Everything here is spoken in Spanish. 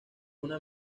una